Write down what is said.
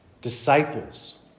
disciples